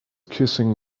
kissing